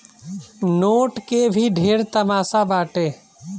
note के भी ढेरे तमासा बाटे